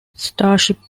starship